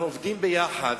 אנחנו עובדים יחד.